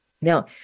Now